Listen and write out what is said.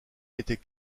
était